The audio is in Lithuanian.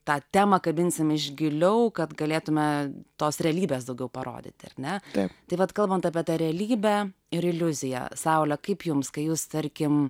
tą temą kabinsim iš giliau kad galėtume tos realybės daugiau parodyti ir ne taip tai vat kalbant apie tą realybę ir iliuziją saule kaip jums kai jūs tarkim